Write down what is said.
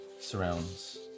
surrounds